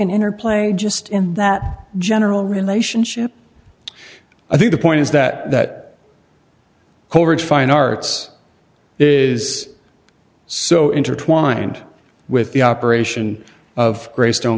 an interplay just in that general relationship i think the point is that that coleridge fine arts is so intertwined with the operation of greystone